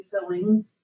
filling